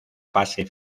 fase